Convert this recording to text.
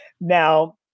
Now